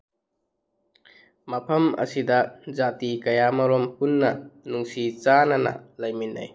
ꯃꯐꯝ ꯑꯁꯤꯗ ꯖꯥꯇꯤ ꯀꯌꯥ ꯑꯃꯔꯣꯝ ꯄꯨꯟꯅ ꯅꯨꯡꯁꯤ ꯆꯥꯟꯅꯅ ꯂꯩꯃꯤꯟꯅꯩ